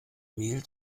mehl